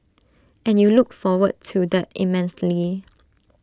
and you look forward to that immensely